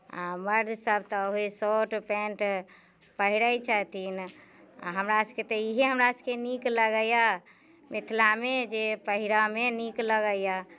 आ मर्दसभ तऽ उएह शर्ट पैन्ट पहिरै छथिन आ हमरासभके तऽ इएह हमरासभके नीक लगैए मिथिलामे जे पहिरयमे नीक लगैए